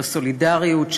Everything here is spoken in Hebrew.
של הסולידריות,